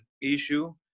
issue